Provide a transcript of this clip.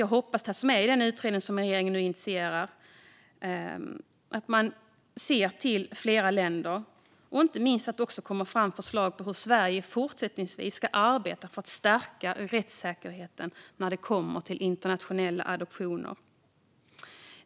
Jag hoppas att det tas med i den utredning som regeringen initierar och att man ser till fler länder. Jag hoppas inte minst att det också kommer fram förslag på hur Sverige fortsättningsvis ska arbeta för att stärka rättssäkerheten när det kommer till internationella adoptioner.